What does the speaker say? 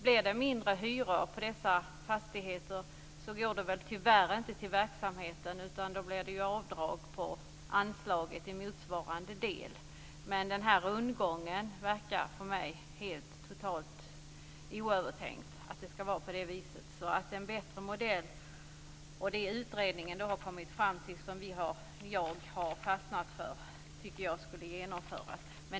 Blir hyrorna för dessa fastigheter lägre går det väl tyvärr inte till verksamheten, utan då blir det avdrag på anslaget i motsvarande del. Den här rundgången verkar ändå helt oövertänkt. Jag tycker därför att en bättre modell, som den utredningen har kommit fram till och som jag har fastnat för, skulle genomföras.